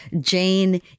Jane